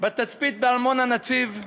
בתצפית בארמון-הנציב,